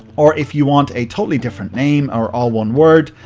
or if you want a totally different name or all one word,